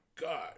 God